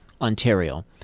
Ontario